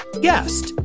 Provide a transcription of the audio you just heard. guest